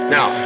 Now